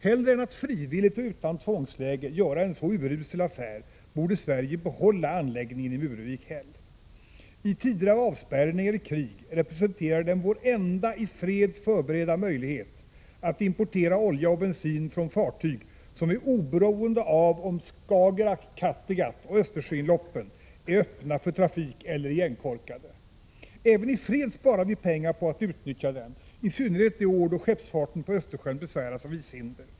Hellre än att frivilligt och utan tvångsläge göra en så urusel affär borde Sverige behålla anläggningen i Muruvik/Hell. I tider av avspärrning eller krig representerar den vår enda i fred förberedda möjlighet att importera olja och bensin från fartyg som är oberoende av om Skagerrak, Kattegatt och Östersjöinloppen är öppna för trafik eller igenkorkade. Även i fred sparar vi pengar på att utnyttja den, i synnerhet de år då skeppsfarten på Östersjön besväras av ishinder.